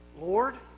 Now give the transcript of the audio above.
Lord